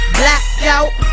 blackout